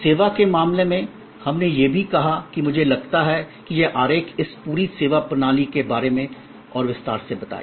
सेवा के मामले में हमने यह भी कहा कि मुझे लगता है कि यह आरेख इस पूरी सेवा प्रणाली के बारे में और विस्तार से बताएगा